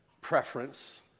preference